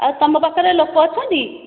ଆଉ ତମ ପାଖରେ ଲୋକ ଅଛନ୍ତି